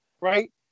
Right